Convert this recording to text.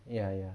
ya ya